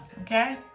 okay